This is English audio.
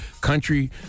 country